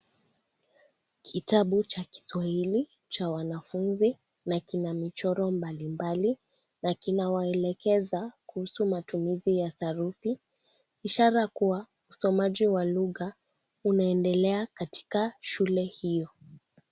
Kitabu cha kiswahili cha wanafunzi na kina michoro mbalimbali na kinawaelekeza kuhusu matumizi ya sarufi, ishara kuwa usomaji wa lugha unaendelea katika shule hiyo.